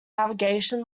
navigation